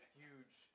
huge